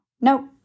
nope